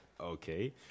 okay